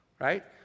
right